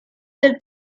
del